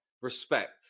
Respect